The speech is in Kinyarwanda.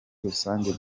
rusange